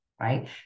right